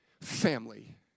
family